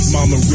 Mama